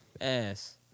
ass